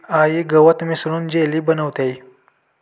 आई गवत मिसळून जेली बनवतेय